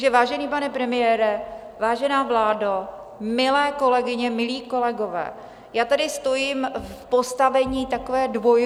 Takže, vážený pane premiére, vážená vládo, milé kolegyně, milí kolegové, já tady stojím v postavení takové dvojrole.